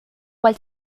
cuál